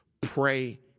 Pray